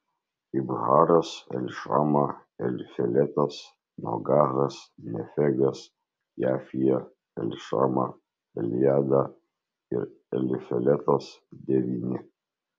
ibharas elišama elifeletas nogahas nefegas jafija elišama eljada ir elifeletas devyni